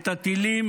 את הטילים,